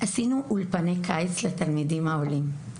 עשינו אולפני קיץ לתלמידים העולים.